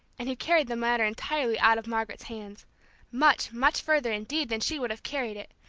and he carried the matter entirely out of margaret's hands much, much further indeed than she would have carried it,